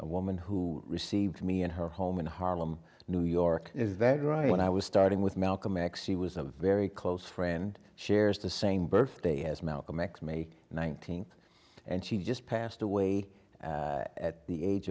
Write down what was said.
a woman who received me in her home in harlem new york is very right when i was starting with malcolm x she was a very close friend shares the same birthday as malcolm x may nineteenth and she just passed away at the age